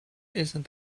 isn’t